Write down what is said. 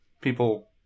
people